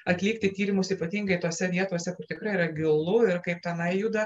atlikti tyrimus ypatingai tose vietose kur tikrai yra gilu ir kaip tenai juda